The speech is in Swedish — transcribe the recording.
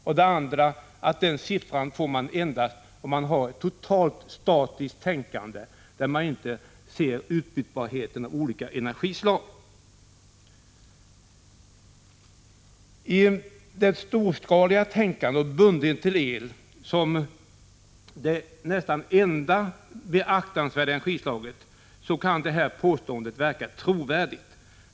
För det andra får man den siffran endast om man har totalt statiskt tänkande, där man inte ser utbytbarheten av olika energislag. I kraftindustrins storskaliga tänkande, och på grund av bundenheten till el som det nästan enda beaktansvärda energislaget, kan påståendet verka trovärdigt.